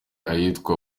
ahitwa